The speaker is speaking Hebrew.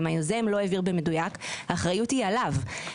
אם היוזם לא העביר במדויק האחריות היא עליו.